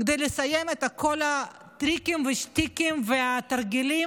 כדי לסיים את כל הטריקים והשטיקים והתרגילים